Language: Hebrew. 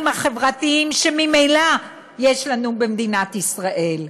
החברתיים שממילא יש לנו במדינת ישראל.